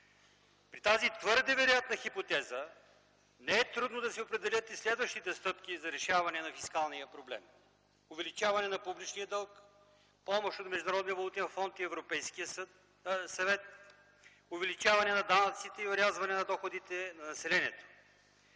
При тази твърде вероятна хипотеза не е трудно да се определят и следващите стъпки за решаване на фискалния проблем: увеличаване на публичния дълг; помощ от Международния валутен фонд и Европейския съвет; увеличаване на данъците и орязване на доходите на населението.